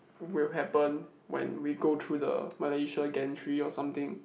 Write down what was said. will happen when we go through the Malaysia gantry or something